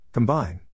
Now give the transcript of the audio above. Combine